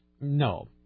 No